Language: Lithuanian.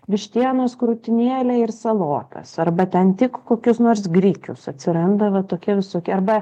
vištienos krūtinėlę ir salotas arba ten tik kokius nors grikius atsiranda vatokie visokie arba